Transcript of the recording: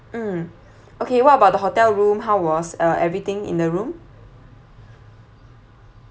mm okay what about the hotel room how was uh everything in the room